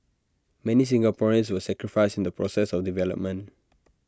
many Singaporeans were sacrificed in the process of development